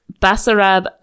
Basarab